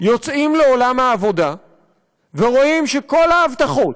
יוצאים לעולם העבודה ורואים שכל ההבטחות